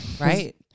Right